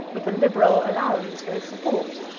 with a liberal allowance for his support,